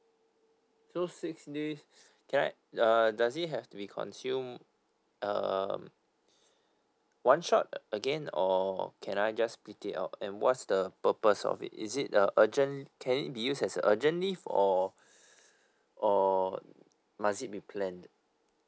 so six days can I uh does it have to be consumed um one shot again or can I just split it out and what's the purpose of it is it a urgent can it be used as a urgent leave or or must it be planned